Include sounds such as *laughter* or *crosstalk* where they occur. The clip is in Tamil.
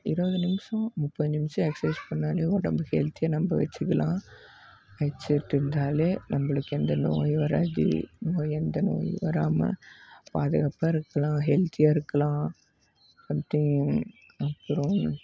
இருபது நிமிடம் முப்பது நிமிடம் எக்சைஸ் பண்ணால் உடம்பு ஹெல்த்தியாக நம்ம வச்சிக்கலாம் வச்சிட்டு இருந்தால் நம்மளுக்கு எந்த நோயும் வராது நோய் எந்த நோயும் வராமல் பாதுகாப்பாக இருக்கலாம் ஹெல்த்தியாக இருக்கலாம் *unintelligible* அப்புறம்